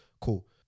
Cool